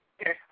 Okay